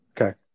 okay